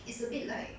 it's a bit like